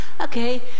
Okay